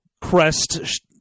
crest